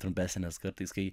trumpesnės kartais kai